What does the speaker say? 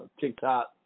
TikTok